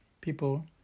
People